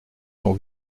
son